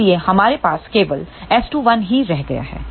इसलिए हमारे पास केवल S21 ही रह गया है